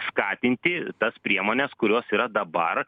skatinti tas priemones kurios yra dabar